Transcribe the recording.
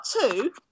two